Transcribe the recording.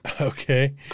Okay